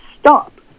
stop